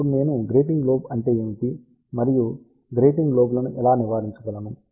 ఇప్పుడు నేను grating lobe అంటే ఏమిటి మరియు ఈ గ్రేటింగ్ లోబ్ లను ఎలా నివారించగలను